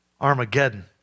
Armageddon